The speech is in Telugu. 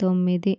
తొమ్మిది